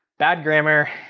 bad grammar,